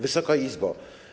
Wysoka Izbo!